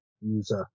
use